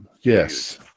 Yes